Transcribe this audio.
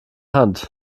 hand